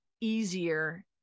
easier